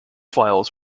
files